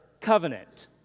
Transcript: covenant